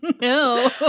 no